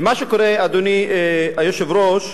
אדוני היושב-ראש,